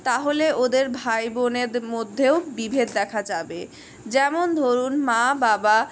তাহলে ওদের ভাইবোনের মধ্যেও বিভেদ দেখা যাবে যেমন ধরুন মা বাবা